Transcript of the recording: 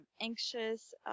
anxious